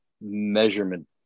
measurement